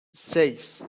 seis